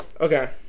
Okay